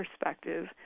perspective